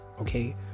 Okay